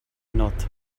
not